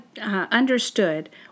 understood